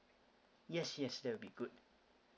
yes yes that'll be good